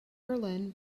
berlin